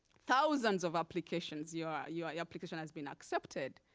thousands of applications, yeah your yeah application has been accepted.